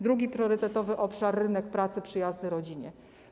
Drugi priorytetowy obszar to rynek pracy przyjazny rodzinie.